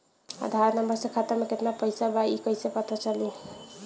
आधार number से खाता में केतना पईसा बा ई क्ईसे पता चलि?